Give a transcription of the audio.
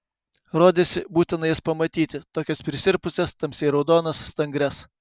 rodėsi būtina jas pamatyti tokias prisirpusias tamsiai raudonas stangrias